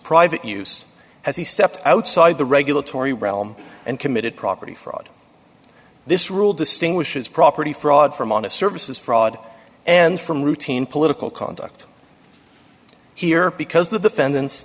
private use as he stepped outside the regulatory realm and committed property fraud this rule distinguishes property fraud from honest services fraud and from routine political conduct here because the defendant